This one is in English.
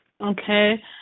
Okay